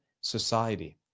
society